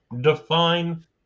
define